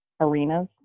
arenas